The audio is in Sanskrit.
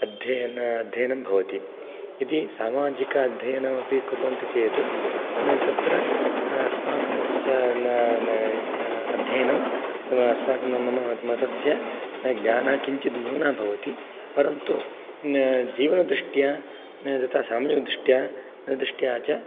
अध्ययनं भवति यदि सामाजिक अध्ययनं अपि कुर्वन्ति चेत् न तत्र अस्माकं मतस्य अध्ययनं अस्माकं मतस्य ज्ञानं किञ्चित् न्यूना भवति परन्तु जीवनदृष्ट्या यथा साम्यदृष्ट्या दृष्ट्या च